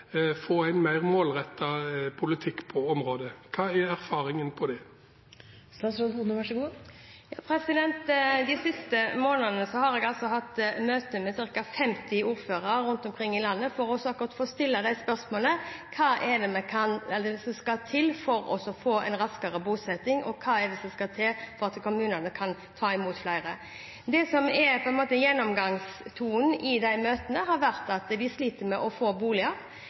få en mer målrettet politikk på området? De siste månedene har jeg hatt møte med ca. 50 ordførere rundt omkring i landet for å stille dem spørsmålet: Hva er det som skal til for å få en raskere bosetting, og hva er det som skal til for at kommunene kan ta imot flere? Det som er gjennomgangstonen i de møtene, har vært at de sliter med å få